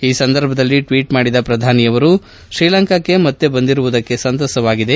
ಈ ಸಂದರ್ಭದಲ್ಲಿ ಟ್ವೀಟ್ ಮಾಡಿದ ಪ್ರಧಾನಿಯವರು ಶ್ರೀಲಂಕಾಕ್ಕೆ ಮತ್ತೆ ಬಂದಿರುವುದಕ್ಕೆ ಸಂಸತವಾಗಿದೆ